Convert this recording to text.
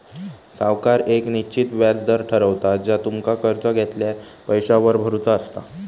सावकार येक निश्चित व्याज दर ठरवता जा तुमका कर्ज घेतलेल्या पैशावर भरुचा असता